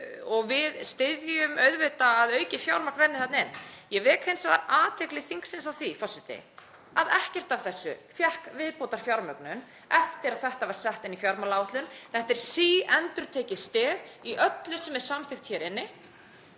og við styðjum auðvitað að aukið fjármagn renni þarna inn. Ég vek hins vegar athygli þingsins á því, forseti, að ekkert af þessu fékk viðbótarfjármögnun eftir að þetta var sett inn í fjármálaáætlun. Þetta er síendurtekið stef í öllu sem er samþykkt hér inni